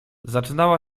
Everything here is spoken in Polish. zaczynała